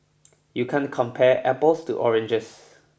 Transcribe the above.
you can't compare apples to oranges